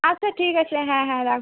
আচ্ছা ঠিক আছে হ্যাঁ হ্যাঁ রাখুন